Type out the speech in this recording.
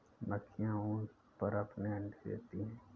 मक्खियाँ ऊन पर अपने अंडे देती हैं